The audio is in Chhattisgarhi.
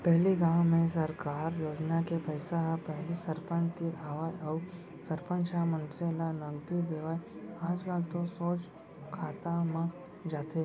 पहिली गाँव में सरकार योजना के पइसा ह पहिली सरपंच तीर आवय अउ सरपंच ह मनसे ल नगदी देवय आजकल तो सोझ खाता म जाथे